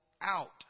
out